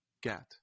get